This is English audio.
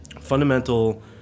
fundamental